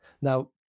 Now